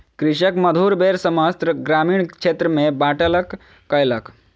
कृषक मधुर बेर समस्त ग्रामीण क्षेत्र में बाँटलक कयलक